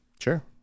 Sure